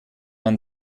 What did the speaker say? man